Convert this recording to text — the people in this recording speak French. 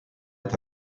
est